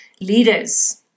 Leaders